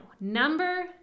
number